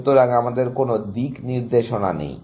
সুতরাং আমাদের কোন দিকনির্দেশনা নেই